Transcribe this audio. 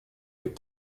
быть